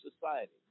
society